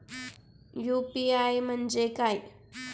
UPI म्हणजे काय?